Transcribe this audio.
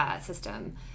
system